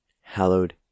hallowed